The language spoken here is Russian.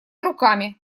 руками